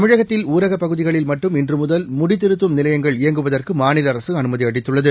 தமிழகத்தில் ஊரகப் பகுதிகளில் மட்டும் இன்று முதல் முடித்திருத்தும் நிலையங்கள் இயங்குவதற்கு மாநில அரசு அனுமதி அளித்துள்ளது